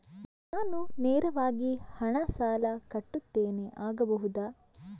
ನಾನು ನೇರವಾಗಿ ಹಣ ಸಾಲ ಕಟ್ಟುತ್ತೇನೆ ಆಗಬಹುದ?